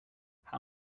how